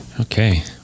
Okay